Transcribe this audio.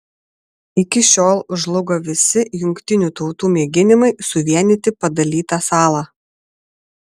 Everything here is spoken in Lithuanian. iki šiol žlugo visi jungtinių tautų mėginimai suvienyti padalytą salą